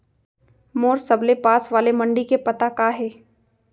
मोर सबले पास वाले मण्डी के पता का हे?